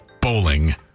bowling